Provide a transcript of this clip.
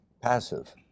passive